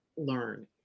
learn